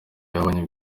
yabonye